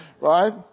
right